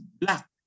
black